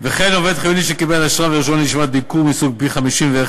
וכן עובד חיוני שקיבל אשרה ורישיון לישיבת ביקור מסוג ב/51,